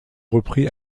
repris